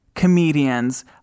Comedians